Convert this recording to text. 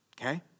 okay